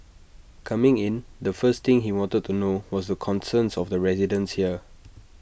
coming in the first thing he wanted to know was the concerns of the residents here